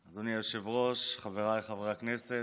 אדוני היושב-ראש, חבריי חברי הכנסת,